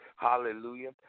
Hallelujah